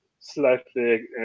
Slightly